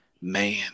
man